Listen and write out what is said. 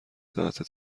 ساعته